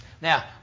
Now